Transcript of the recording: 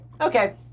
okay